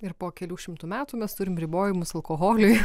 ir po kelių šimtų metų mes turim ribojimus alkoholiui